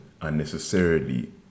unnecessarily